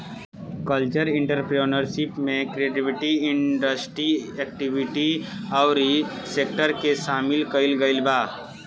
cultural entrepreneurship में creative industry activity अउरी sector के सामिल कईल गईल बा